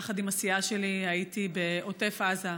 יחד עם הסיעה שלי הייתי בעוטף עזה,